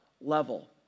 level